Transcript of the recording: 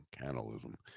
cannibalism